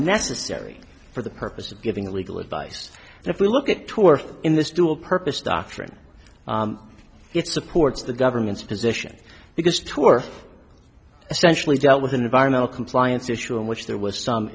necessary for the purpose of giving legal advice and if we look at tour in this dual purpose doctrine it supports the government's position because tour essentially dealt with an environmental compliance issue in which there was some